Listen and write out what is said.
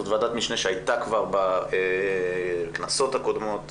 ועדת משנה שכבר הייתה בכנסות הקודמות,